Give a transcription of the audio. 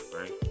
right